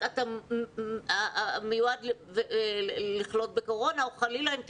אתה מועד לחלות בקורונה או חלילה אם תחלה,